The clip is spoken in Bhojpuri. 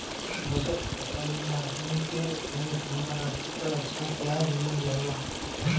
बचत खाता में आदमी के अपने जमा राशि पर अच्छा ब्याज मिल जाला